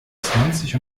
zwanzig